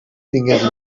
tingui